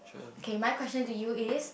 okay my question to you is